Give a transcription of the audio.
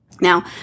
Now